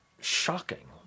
shocking